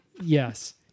Yes